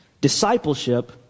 Discipleship